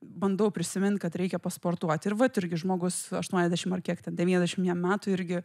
bandau prisimin kad reikia pasportuoti ir vat irgi žmogus aštuoniasdešim ar kiek ten devyniasdešim jam metų irgi